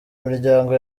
imiryango